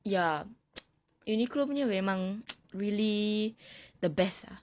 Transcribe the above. ya uniqlo punya memang really the best ah